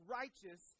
righteous